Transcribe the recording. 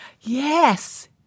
yes